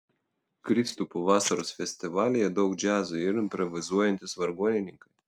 kristupo vasaros festivalyje daug džiazo ir improvizuojantys vargonininkai